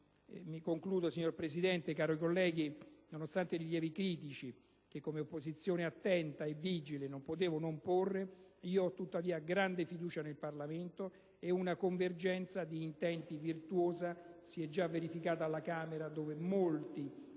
di lavoro senza diritti? Cari colleghi, nonostante i rilievi critici che come opposizione attenta e vigile non potevo non porre, ho grande fiducia nel Parlamento, e una convergenza di intenti virtuosa si è già verificata alla Camera, dove molti